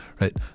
right